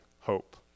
hope